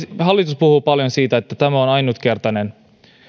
hallitus puhuu paljon siitä että tämä on ainutkertainen